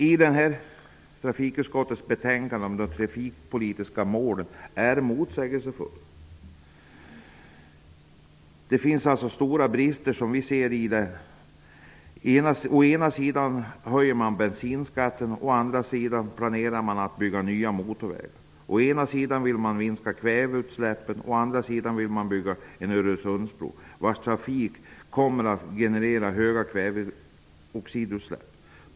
Det som sägs i trafikutskottets betänkande om de trafikpolitiska målen är motsägelsefullt. Det finns alltså stora brister här som vi ser saken. Å ena sidan höjer man bensinskatten. Å andra sidan planerar man att bygga nya motorvägar. Å ena sidan vill man minska kväveutsläppen. Å andra sidan vill man bygga en Öresundsbro. Men trafiken på denna kommer att generera höga kväveoxidutsläpp.